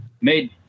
made –